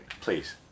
Please